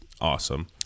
awesome